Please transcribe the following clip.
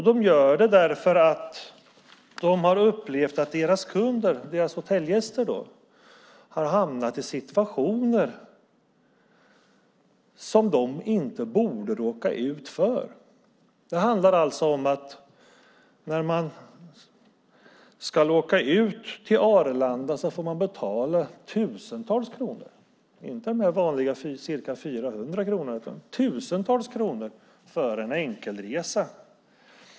Det gör de för att de upplever att deras kunder, hotellgästerna, har hamnat i situationer som de inte borde råka ut för. Det handlar om att man när man ska åka ut till Arlanda får betala tusentals kronor - inte de vanliga ca 400 kronorna, utan tusentals kronor - för en enkelresa.